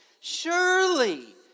Surely